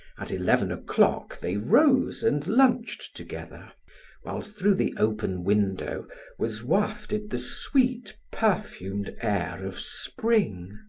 at eleven o'clock they rose and lunched together while through the open window was wafted the sweet, perfumed air of spring.